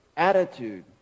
attitude